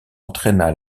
entraîna